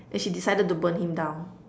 then she decided to burn him down